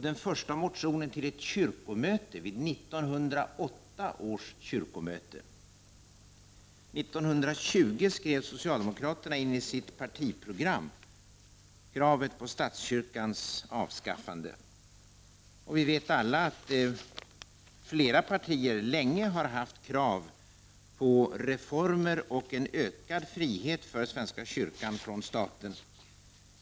Den första motionen till ett kyrkomöte väcktes vid 1908 års kyrkomöte. 1920 skrev socialdemokraterna in i sitt partiprogram kravet på statskyrkans avskaffande. Vi vet alla att flera partier länge har haft krav på reformer och en ökad frihet för svenska kyrkan från staten.